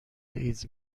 ایدز